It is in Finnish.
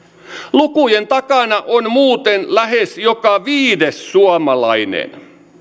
lukujen takana on muuten lähes joka viides suomalainen